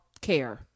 care